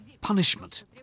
punishment